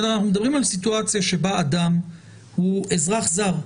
אנחנו מדברים על סיטואציה בה אדם הוא אזרח זר,